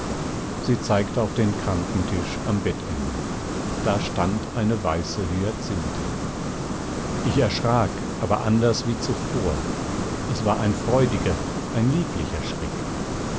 sie zeigte auf den krankentisch am bettende da stand eine weiße hyazinthe ich erschrak aber anders wie zuvor es war ein freudiger ein lieblicher schreck